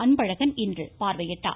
அன்பழகன் இன்று பார்வையிட்டார்